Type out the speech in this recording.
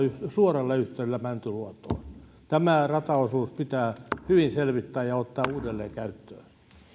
suoralla yhteydellä talviliikennöitävään satamaan mäntyluotoon tämä rataosuus pitää hyvin selvittää ja ottaa uudelleen käyttöön